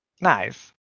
nice